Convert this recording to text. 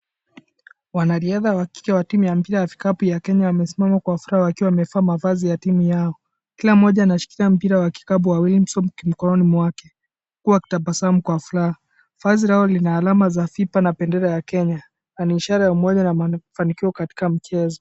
Wanariadha wa kike wa timu ya mpira ya vikapu ya Kenya wamesimama kwa furaha wakiwa wamevaa mavazi ya timu yao. Kila mmoja anashika mpira wa kikapu wa Wiliamson mkononi mwake huku wakitabasamu kwa furaha. Vazi lao lina alama za FIFA na bendera ya Kenya na ni ishara ya umoja na mafanikio katika mchezo.